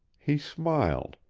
he smiled,